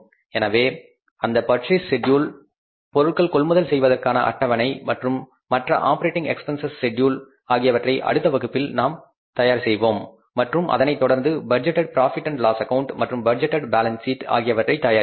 எனவே அந்த purchase schedule பொருட்கள் கொள்முதல் செய்வதற்கான அட்டவணை மற்றும் மற்ற ஆப்பரேட்டிங் எக்ஸ்பென்ஸஸ் செட்யூல் ஆகியவற்றை அடுத்த வகுப்பில் நாம் தயார் செய்வோம் மற்றும் அதனைத்தொடர்ந்து budgeted profit and loss account மற்றும் பட்ஜெட்டேட் பேலன்ஸ் சீட் ஆகியவற்றை தயாரிப்போம்